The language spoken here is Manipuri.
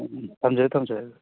ꯎꯝ ꯎꯝ ꯊꯝꯖꯔꯦ ꯊꯝꯖꯔꯦ ꯑꯗꯨꯗꯤ